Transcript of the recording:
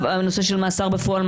הנושא של מאסר בפועל,